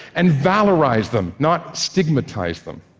and valorize them, not stigmatize them.